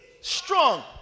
strong